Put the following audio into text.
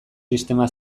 sistema